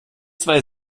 zwei